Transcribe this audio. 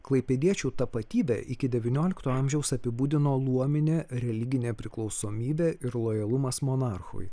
klaipėdiečių tapatybę iki devyniolikto amžiaus apibūdino luominė religinė priklausomybė ir lojalumas monarchui